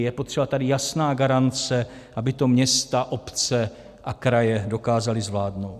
Je potřeba tady jasná garance, aby to města, obce a kraje dokázaly zvládnout.